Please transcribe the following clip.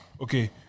Okay